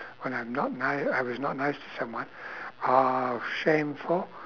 when I'm not ni~ I was not nice to someone I was shameful